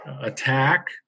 attack